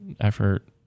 effort